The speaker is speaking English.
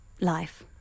life